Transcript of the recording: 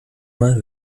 mal